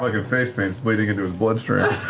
like face paint is bleeding into his bloodstream.